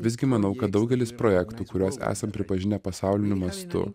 visgi manau kad daugelis projektų kuriuos esam pripažinę pasauliniu mastu